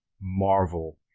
Marvel